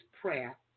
prayer